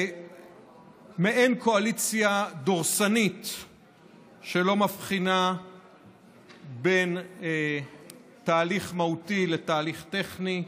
במעין קואליציה דורסנית שלא מבחינה בין תהליך מהותי לתהליך טכני,